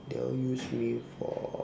they'll use me for